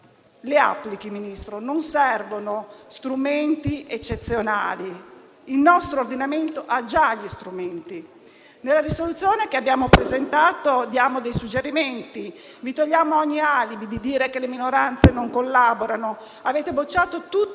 Le applichi, signor Ministro, non servono strumenti eccezionali: il nostro ordinamento ha già gli strumenti. Nella risoluzione che abbiamo presentato diamo dei suggerimenti. Vi togliamo ogni alibi nel dire che le minoranze non collaborano. Avete bocciato tutti